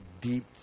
deep